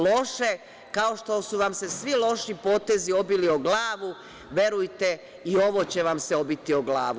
Lođe, kao što su vam se svi loši potezi obili o glavu, verujte i ovo će vam se obiti o glavu.